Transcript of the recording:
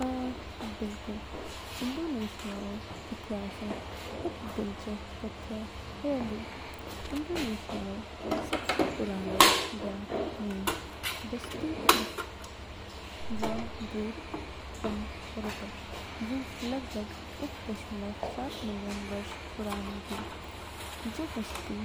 अ, बिल्कुल। इंडोनेशियाऊ इतिहासऊ इद दिलचस्प तथ्य ह्यू दू। इंडोनेशियाऊ सबसे पुरानी ज्ञात मीऊ बस्ती जावा द्वीप पंग परेतो, जू लगभग इद दशमलव सात मिलियन वर्ष पुरानी दू। जू बस्ती